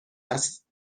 است